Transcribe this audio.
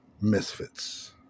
misfits